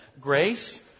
Grace